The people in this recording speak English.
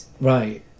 Right